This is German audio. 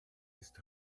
ist